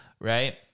right